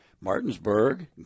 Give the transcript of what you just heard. Martinsburg